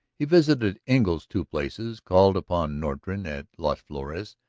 he visited engle's two places, called upon norton at las flores,